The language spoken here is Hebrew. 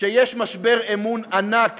שיש משבר אמון ענק